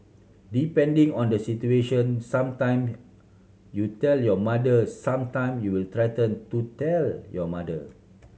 depending on the situation some time you tell your mother some time you will threaten to tell your mother